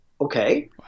okay